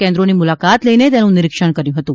કેન્દ્રોની મુલાકાત લઇને તેનું નિરીક્ષણ કર્યું હતું